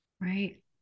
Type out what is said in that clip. right